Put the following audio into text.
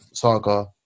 Saga